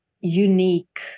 unique